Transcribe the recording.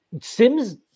Sims